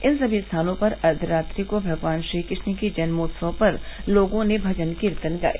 इन सभी स्थानों पर अर्धरात्रि को भगवान श्रीकृश्ण के जन्मोत्सव पर लोगों ने भजन कीर्तन गाए